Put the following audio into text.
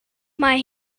mae